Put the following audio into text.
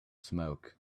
smoke